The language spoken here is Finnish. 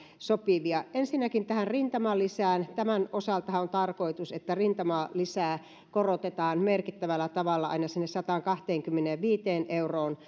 sopivia ensinnäkin tähän rintamalisään tämän osaltahan on tarkoitus että rintamalisää korotetaan merkittävällä tavalla aina sinne sataankahteenkymmeneenviiteen euroon